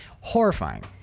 Horrifying